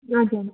हजुर